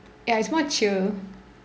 ya it's more chill